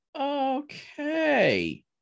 Okay